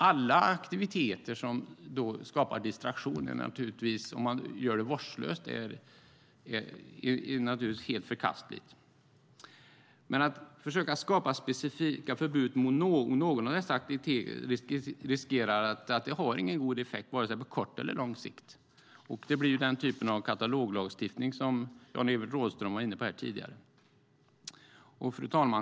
Alla aktiviteter som skapar distraktion och gör att man blir vårdslös är naturligtvis helt förkastliga. Att försöka skapa specifika förbud mot någon av dessa aktiviteter riskerar att inte ha en god effekt på vare sig kort eller lång sikt. Det blir den typen av kataloglagstiftning som Jan-Evert Rådhström var inne på tidigare. Fru talman!